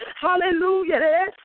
Hallelujah